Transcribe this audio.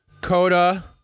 Coda